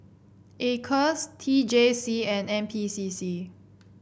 Acres T J C and N P C C